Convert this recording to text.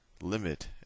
limit